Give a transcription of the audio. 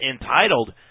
entitled